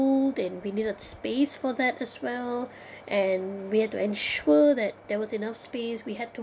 and we need a space for that as well and we have to ensure that there was enough space we had to